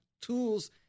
tools